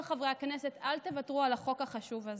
חברי הכנסת: אל תוותרו על החוק החשוב הזה,